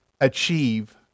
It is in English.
achieve